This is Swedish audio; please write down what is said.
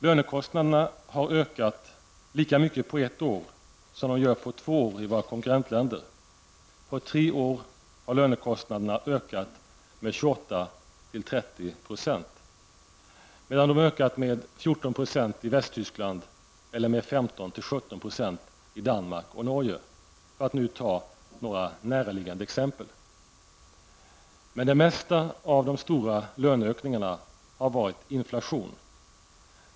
Lönekostnaderna har ökat lika mycket på ett år som de gör på två år i våra konkurrentländer. På tre år har lönekostnaderna ökat med 28--30 %, medan de ökat med 14 % i Västtyskland eller med 15-- 17 % i Danmark och Norge, för att nu ta några näraliggande exempel. Men det mesta av de stora löneökningarna har varit inflationen.